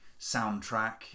soundtrack